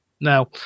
Now